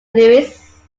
louis